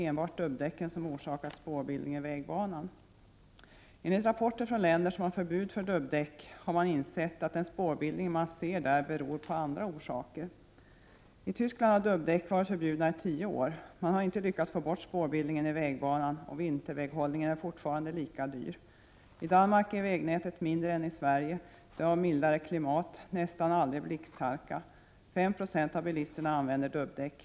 Enligt rapporter från länder som har förbud mot dubbdäck har man insett att spårbildningen har andra orsaker. I Tyskland har dubbdäck varit förbjudna i tio år. Man har inte lyckats få bort spårbildningen i vägbanan, och vinterväghållningen är fortfarande lika dyr. I Danmark är vägnätet mindre än i Sverige, man har mildare klimat, Prot. 1988/89:27 nästan aldrig blixthalka, och 5 26 av bilisterna använder dubbdäck.